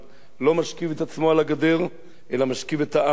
לא משכיב את עצמו על הגדר אלא משכיב את העם על הגדר.